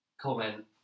comment